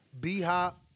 B-Hop